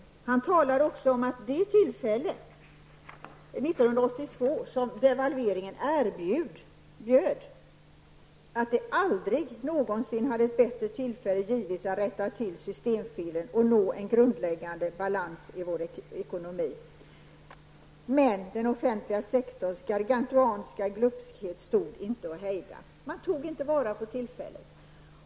Bo Södersten talar också om att det aldrig tidigare hade erbjudits ett bättre tillfälle än vid devalveringen 1982 att rätta till systemfelen och nå en grundläggande balans i vår ekonomi. Men den offentliga sektorns Gargantuanska glupskhet stod inte att hejda. Man tog inte vara på tillfället.